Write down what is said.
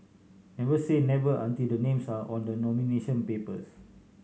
never say never until the names are on the nomination papers